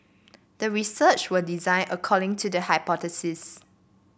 the research were designed according to the hypothesis